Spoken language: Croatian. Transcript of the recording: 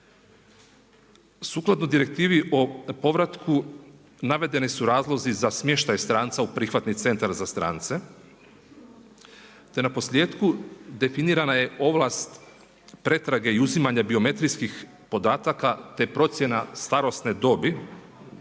Sukladno direktivi o povratku navedeni su razlozi za smještaj stranca u prihvatni centar za strance te na posljetku definirana je ovlast pretrage i uzimanja biometrijskih podataka te procjena starosne dobi,